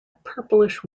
purplish